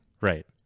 Right